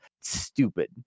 Stupid